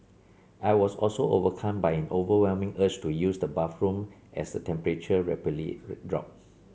I was also overcome by an overwhelming urge to use the bathroom as the temperature rapidly dropped